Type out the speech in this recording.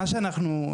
מה שאנחנו,